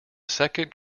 second